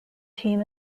team